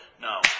No